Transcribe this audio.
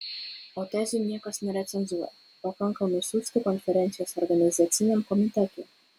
o tezių niekas nerecenzuoja pakanka nusiųsti konferencijos organizaciniam komitetui